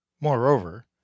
moreover